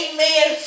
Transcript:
Amen